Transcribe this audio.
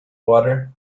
water